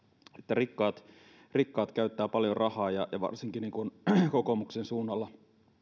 rikkaat rikkaat käyttävät paljon rahaa ja ja varsinkin kokoomuksen suunnalla